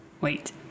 Wait